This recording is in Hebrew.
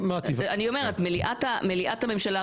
מליאת הממשלה,